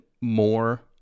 more